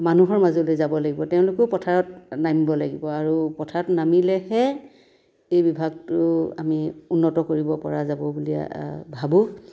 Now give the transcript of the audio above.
মানুহৰ মাজলৈ যাব লাগিব তেওঁলোকো পথাৰত নামিব লাগিব আৰু পথাৰত নামিলেহে এই বিভাগটো আমি উন্নত কৰিব পৰা যাব বুলি ভাবোঁ